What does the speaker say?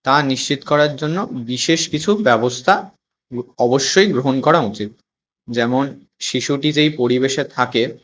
তা নিশ্চিত করার জন্য বিশেষ কিছু ব্যবস্থা ও অবশ্যই গ্রহণ করা উচিৎ যেমন শিশুটি যেই পরিবেশে থাকে